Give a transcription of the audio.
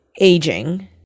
aging